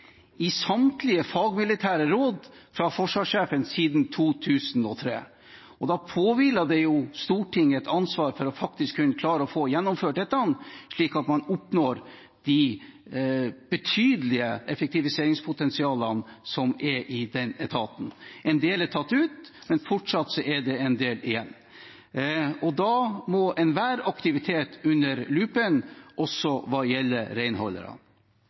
i samtlige fagmilitære råd fra forsvarssjefen siden 2003. Da påhviler det Stortinget et ansvar for faktisk å kunne klare å få gjennomført dette, slik at man oppnår å ta ut de betydelige effektiviseringspotensialene som er i den etaten. En del er tatt ut, men fortsatt er det en del igjen. Da må enhver aktivitet under lupen, også hva gjelder